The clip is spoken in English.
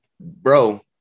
bro